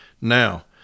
Now